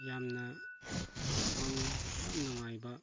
ꯌꯥꯝꯅ ꯃꯪ ꯌꯥꯝ ꯅꯨꯡꯉꯥꯏꯕ